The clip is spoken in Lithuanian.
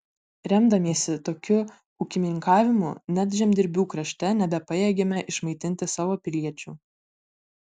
remdamiesi tokiu ūkininkavimu net žemdirbių krašte nebepajėgėme išmaitinti savo piliečių